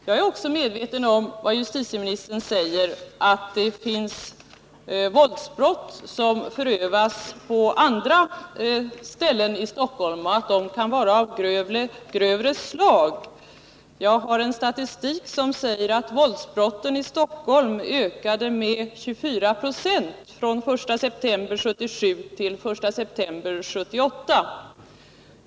Jag är också medveten om att, som justitieministern sade, våldsbrott förövas på andra ställen i Stockholm och att de kan vara av grövre slag. Jag har en statistik som säger att våldsbrotten i Stockholm ökade i antal med 24 96 från den 1 september 1977 till den 1 september 1978.